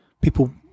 people